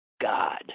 god